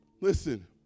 listen